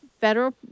federal